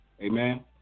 Amen